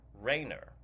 Rayner